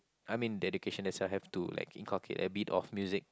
I mean education itself have to like inculcated a bit of music